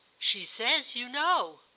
she says you know.